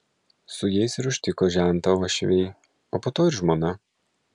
su jais ir užtiko žentą uošviai o po to ir žmona